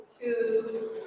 two